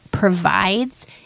provides